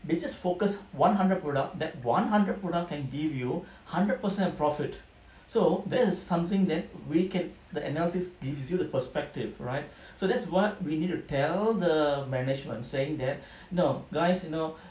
we just focus one hundred product that one hundred product can give you hundred percent of profit so that is something that we can the analytics gives you the perspective right so that's what we need to tell the management saying that no guys you know